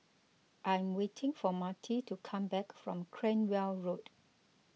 I'm waiting for Marti to come back from Cranwell Road